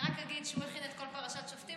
אני רק אגיד שהוא הכין את כל פרשת שופטים,